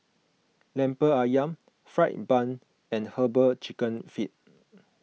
Lemper Ayam Fried Bun and Herbal Chicken Feet